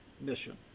mission